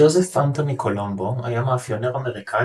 ג'וזף אנטוני קולומבו היה מאפיונר אמריקני